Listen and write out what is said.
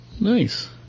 nice